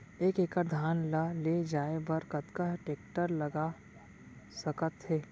एक एकड़ धान ल ले जाये बर कतना टेकटर लाग सकत हे?